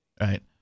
right